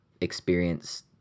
experience